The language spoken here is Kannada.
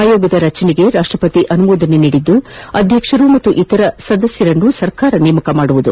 ಆಯೋಗದ ರಚನೆಗೆ ರಾಷ್ಟ್ರಪತಿ ಅನುಮೋದನೆ ನೀಡಿದ್ದು ಅಧ್ಯಕ್ಷರು ಹಾಗೂ ಇತರ ಸದಸ್ಯರನ್ನು ಸರ್ಕಾರ ನೇಮಕ ಮಾಡಲಿದೆ